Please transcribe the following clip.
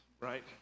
right